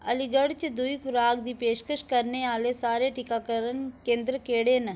अलीगढ़ च दूई खराक दी पेशकश करने आह्ले सारे टीकाकरण केंद्र केह्ड़े न